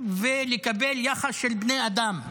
ולקבל יחס של בני-אדם שווים,